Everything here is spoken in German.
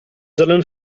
sollen